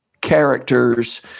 characters